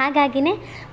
ಹಾಗಾಗಿ